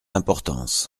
importance